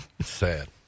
Sad